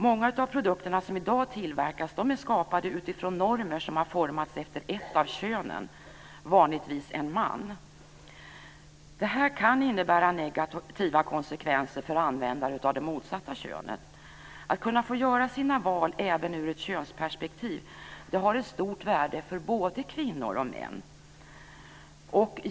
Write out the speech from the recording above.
Många av de produkter som i dag tillverkas är skapade utifrån normer som har formats efter ett av könen, vanligtvis en man. Detta kan innebära negativa konsekvenser för användare som är av det motsatta könet. Att kunna få göra sina val även ur ett könsperspektiv har ett stort värde för både kvinnor och män.